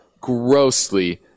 grossly